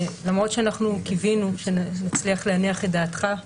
קיווינו שנצליח להניח את דעתך.